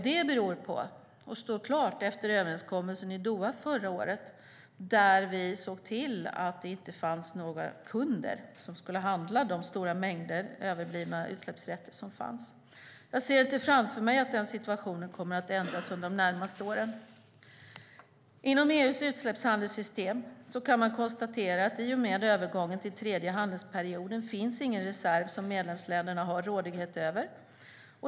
Det står klart efter överenskommelsen i Doha förra året, då vi såg till att det inte fanns några kunder som skulle handla de stora mängder överblivna utsläppsrätter som fanns. Jag ser inte framför mig att den situationen kommer att ändras de närmaste åren. Inom EU:s utsläppshandelssystem kan man konstatera att i och med övergången till tredje handelsperioden finns ingen reserv som medlemsländerna har rådighet över.